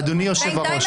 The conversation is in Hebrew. אדוני היושב-ראש,